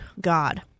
God